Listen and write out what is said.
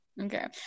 okay